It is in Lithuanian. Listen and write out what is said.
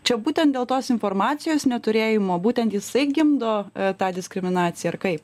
čia būtent dėl tos informacijos neturėjimo būtent jisai gimdo tą diskriminaciją ar kaip